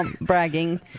bragging